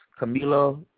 Camilo